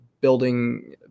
building